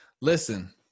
listen